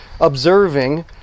observing